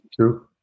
True